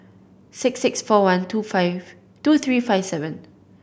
six six four one two five two three five seven